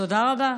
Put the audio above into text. תודה רבה.